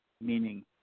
meaning